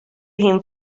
him